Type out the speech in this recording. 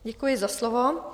Děkuji za slovo.